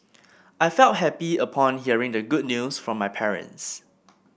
I felt happy upon hearing the good news from my parents